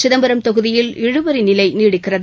சிதம்பரம் தொகுதியில் இழுபறி நிலை நீடிக்கிறது